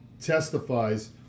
testifies